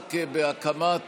שעסק בהקמת